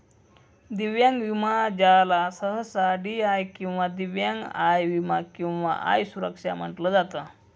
दिव्यांग विमा ज्याला सहसा डी.आय किंवा दिव्यांग आय विमा किंवा आय सुरक्षा म्हटलं जात